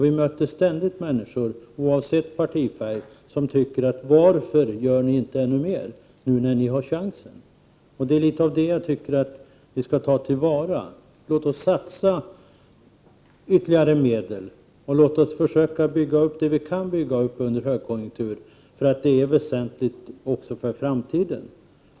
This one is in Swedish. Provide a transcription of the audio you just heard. Vi möter ständigt människor som, oavsett partifärg, undrar varför vi inte gör ännu mera nu när vi har chansen. Det är litet av detta som vi skall ta till vara. Låt oss satsa ytterligare medel, och låt oss försöka bygga upp det vi kan bygga upp under högkonjunkturen. Det är väsentligt också för framtiden.